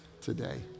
today